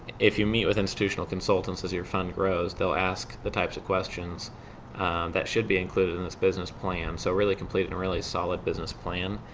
if you meet with institutional consultants as your fund grows, they ll ask the types of questions that should be included in this business plan. so really complete a really solid business plan.